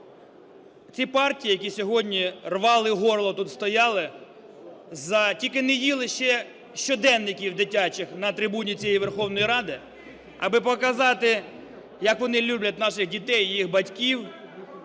ці партії, які сьогодні рвали горло, тут стояли, тільки не їли ще щоденників дитячих на трибуні цієї Верховної Ради, аби показати, як вони люблять наших дітей і їх батьків,